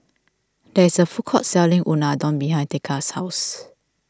there is a food court selling Unadon behind thekla's house